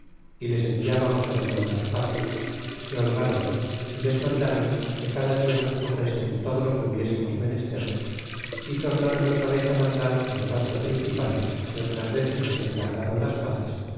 y les enviábamos á demandar paces se holgron y les mandáron que cada dia nos truxesen todo lo que hubiésemos menester y tornaron otra vez mandar á los quatro principales que otras veces les encargron las paces